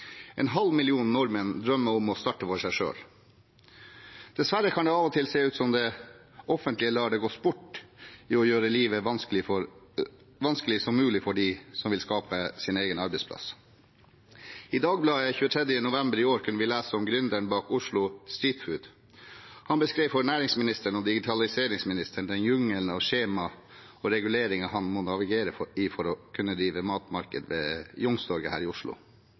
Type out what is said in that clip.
En halv million nordmenn drømmer om å starte for seg selv. Dessverre kan det av og til se ut som om det offentlige lar det gå sport i å gjøre livet så vanskelig som mulig for dem som vil skape sin egen arbeidsplass. I Dagbladet den 23. november i år kunne vi lese om gründeren bak Oslo Street Food. Han beskrev for næringsministeren og digitaliseringsministeren den jungelen av skjema og reguleringer han må navigere i for å kunne drive matmarkedet ved Youngstorget her i Oslo.